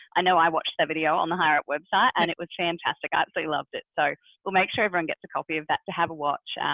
i know i watched a video on the hireup website. and it was fantastic. i absolutely loved it. so we'll make sure everyone gets a copy of that to have a watch.